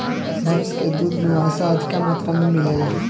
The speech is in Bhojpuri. भैस के दूध में वसा अधिका मात्रा में मिलेला